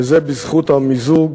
וזה בזכות המיזוג